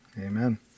Amen